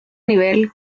nivel